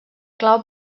clau